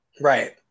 Right